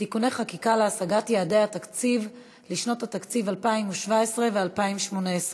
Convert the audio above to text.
(תיקוני חקיקה להשגת יעדי התקציב לשנות התקציב 2017 ו-2018),